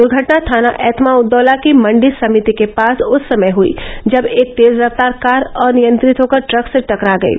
द्र्घटना थाना एत्माउददौला की मण्डी समिति के पास उस समय हयी जब एक तेज रफ्तार कार अनियंत्रित होकर ट्रक से टकरा गयी